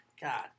God